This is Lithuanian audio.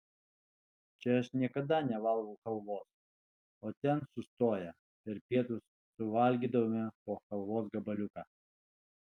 čia aš niekada nevalgau chalvos o ten sustoję per pietus suvalgydavome po chalvos gabaliuką